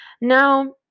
now